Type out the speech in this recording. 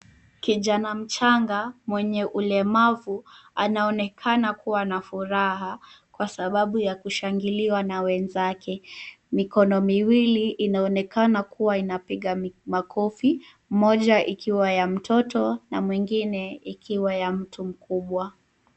Kijana mchanga mwenye ulemavu anaonekana kuwa na furaha, kwa sababu ya kushangiliwa na wenzake. Mikono miwili inaonekana kuwa inapiga makofi. Moja ikiwa ya mtoto na mwingine ikiwa ya mtu mkubwa.